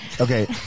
Okay